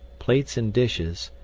plates and dishes,